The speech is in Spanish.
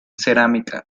cerámica